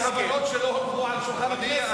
על-פי הבנות שלא הונחו על שולחן הכנסת.